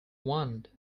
want